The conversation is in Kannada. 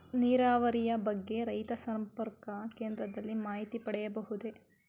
ನೀರಾವರಿಯ ಬಗ್ಗೆ ರೈತ ಸಂಪರ್ಕ ಕೇಂದ್ರದಲ್ಲಿ ಮಾಹಿತಿ ಪಡೆಯಬಹುದೇ?